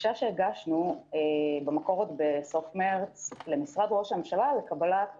הבקשה שהגשנו במקור עוד בסוף מרץ למשרד שראש הממשלה לקבלת